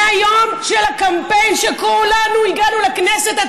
מהיום של הקמפיין שכולנו הגענו לכנסת,